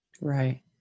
Right